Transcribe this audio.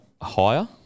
higher